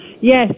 Yes